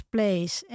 Place